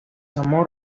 amor